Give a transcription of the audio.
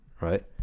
right